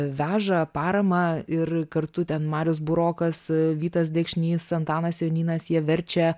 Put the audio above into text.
veža paramą ir kartu ten marius burokas vytas dekšnys antanas jonynas jie verčia